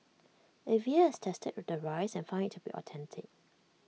A V A has tested the rice and found to be authentic